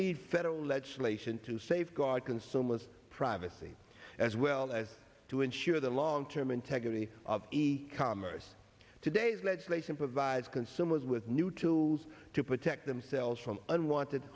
need federal legislation to safeguard consumers privacy as well as to ensure the long term integrity of e commerce today's legislation provides consumers with new tools to protect themselves from unwanted